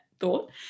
thought